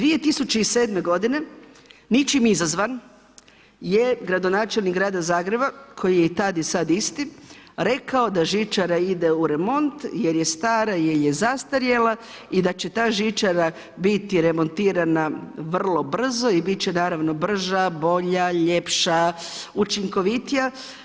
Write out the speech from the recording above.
2007. g. ničim izazvan je gradonačelnik grada Zagreba koji je i tad i sad isti, rekao da žičara ide u remont jer je stara, jer je zastarjela i da će ta žičara biti remontirana vrlo brzo i bit će naravno brža, bolja, ljepša, učinkovitija.